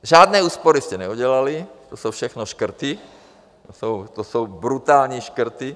Žádné úspory jste neudělali, to jsou všechno škrty, to jsou brutální škrty.